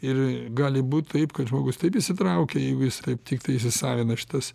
ir gali būt taip kad žmogus taip įsitraukia jeigu jis taip tiktai įsisavina šitas